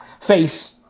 face